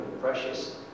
precious